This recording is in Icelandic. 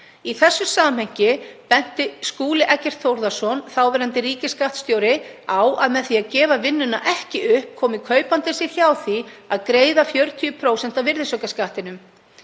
Í þessu samhengi benti Skúli Eggert Þórðarson, þáverandi ríkisskattstjóri, á að með því að gefa vinnuna ekki upp komi kaupandinn sér hjá því að greiða 40% af virðisaukaskattinum.